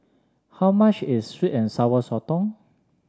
how much is sweet and Sour Sotong